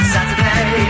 Saturday